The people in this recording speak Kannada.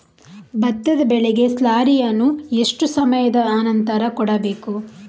ಭತ್ತದ ಬೆಳೆಗೆ ಸ್ಲಾರಿಯನು ಎಷ್ಟು ಸಮಯದ ಆನಂತರ ಕೊಡಬೇಕು?